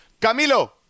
Camilo